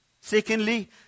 Secondly